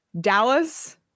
Dallas